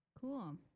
cool